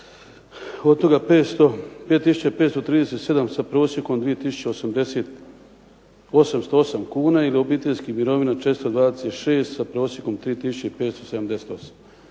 od toga 5537 sa prosjekom 2808 kuna ili obiteljskih mirovina 426 sa prosjekom 3578.